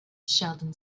sheldon